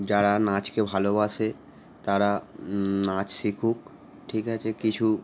যারা নাচকে ভালোবাসে তারা নাচ শিখুক ঠিক আছে কিছু